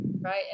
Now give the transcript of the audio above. right